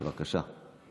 בבקשה.